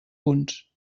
punts